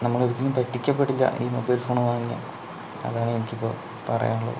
നമ്മളൊരിക്കലും പറ്റിക്കപ്പെടില്ല ഈ മൊബൈൽ ഫോൺ വാങ്ങിയാൽ അതാണ് എനിക്കിപ്പോൾ പറയാനുള്ളത്